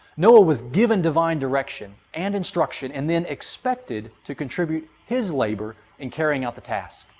noah was given divine direction and instruction, and then expected to contribute his labor in carrying out the task.